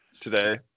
today